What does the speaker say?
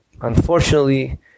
unfortunately